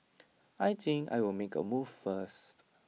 I think I will make A move first